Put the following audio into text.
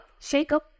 Shakeup